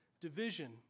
division